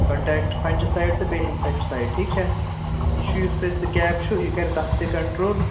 contact فنچ side تہٕ infect side ٹھیٖک چھا یہِ چھُ یُس تۄہہِ سِکیب چھُو یہِ کرِ تَتھ تہِ کنٹروٗل